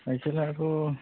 cycle आथ'